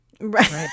right